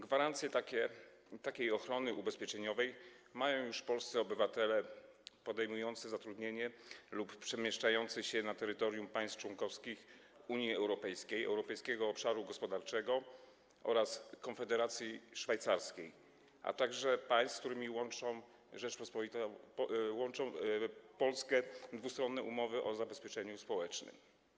Gwarancje ochrony ubezpieczeniowej mają już polscy obywatele podejmujący zatrudnienie lub przemieszczający się na terytorium państw członkowskich Unii Europejskiej, Europejskiego Obszaru Gospodarczego oraz Konfederacji Szwajcarskiej, a także państw, z którymi łączą Rzeczpospolitą Polską dwustronne umowy o zabezpieczeniu społecznym.